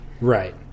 Right